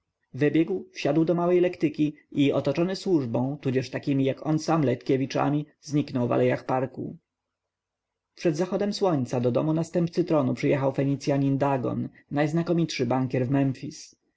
wybiegł wsiadł do małej lektyki i otoczony służbą tudzież takimi jak sam letkiewiczami zniknął w alejach parku przed zachodem słońca do domu następcy tronu przyjechał fenicjanin dagon najznakomitszy bankier